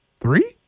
three